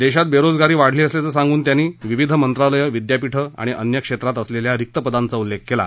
देशात बेरोजगारी वाढली असल्याचं सांगून त्यांनी विविध मंत्रालयं विद्यापीठं आणि अन्य क्षेत्रात असलेल्या रिक्त पदांचा उल्लेख केला